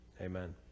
Amen